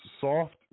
soft